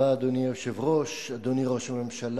אדוני היושב-ראש, תודה רבה, אדוני ראש הממשלה,